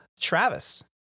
Travis